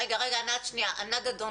רגע, רגע, ענת דדון.